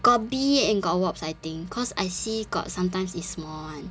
got bee and got wasp I think cause I see got sometimes is small [one]